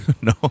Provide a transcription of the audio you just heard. no